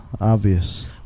obvious